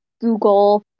google